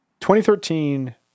2013